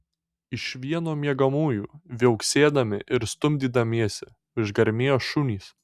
iš vieno miegamųjų viauksėdami ir stumdydamiesi išgarmėjo šunys